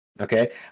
Okay